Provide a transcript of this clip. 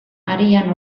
arian